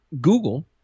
Google